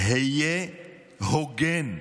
היה הוגן,